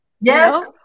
yes